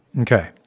Okay